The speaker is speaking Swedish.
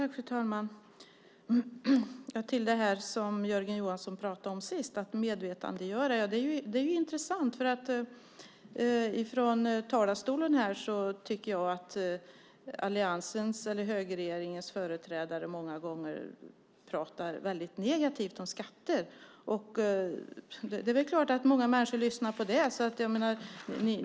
Fru talman! Angående detta som Jörgen Johansson pratade om sist om att medvetandegöra vill jag säga att det är intressant, för från talarstolen tycker jag att alliansens eller högerregeringens företrädare många gånger pratar väldigt negativt om skatter. Det är väl klart att många människor lyssnar på det.